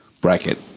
bracket